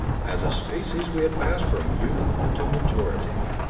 as a species we had passed from youth into maturity.